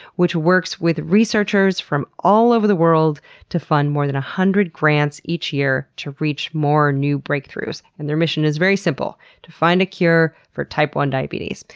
which works with researchers from all over the world to fund more than one hundred grants each year to reach more new breakthroughs. and their mission is very simple to find a cure for type one diabetes.